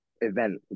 event